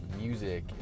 music